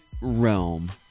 realm